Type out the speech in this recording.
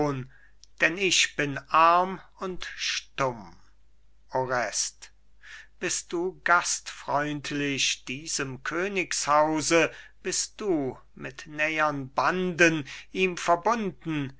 denn ich bin arm und stumm orest bist du gastfreundlich diesem königs hause bist du mit nähern banden ihm verbunden